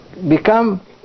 become